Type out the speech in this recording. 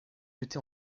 jeté